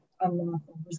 unlawful